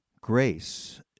grace